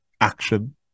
Action